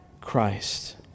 Christ